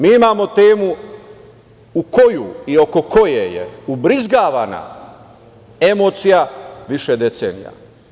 Mi imamo temu u koju i oko koje je ubrizgavana emocija više decenija.